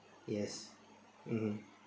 yes mmhmm